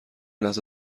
لحظه